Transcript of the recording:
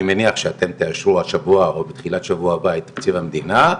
אני מניח שאתם תאשרו השבוע או בתחילת השבוע הבא את תקציב המדינה,